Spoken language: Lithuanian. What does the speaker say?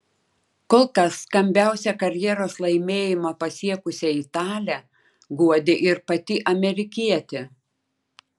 kol kas skambiausią karjeros laimėjimą pasiekusią italę guodė ir pati amerikietė